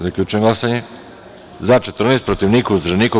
Zaključujem glasanje: za – 13, protiv – niko, uzdržanih – nema.